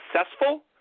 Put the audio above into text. successful